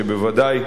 שבוודאי,